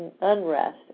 unrest